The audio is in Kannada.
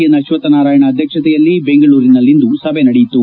ಎನ್ ಅಶ್ವಥ್ ನಾರಾಯಣ್ ಅಧ್ಯಕ್ಷತೆಯಲ್ಲಿ ಬೆಂಗಳೂರಿನಲ್ಲಿಂದು ಸಭೆ ನಡೆಯಿತು